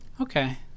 Okay